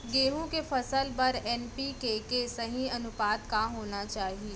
गेहूँ के फसल बर एन.पी.के के सही अनुपात का होना चाही?